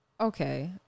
Okay